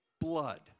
blood